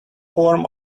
form